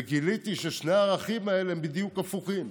וגיליתי ששני הערכים האלה הם בדיוק הפוכים.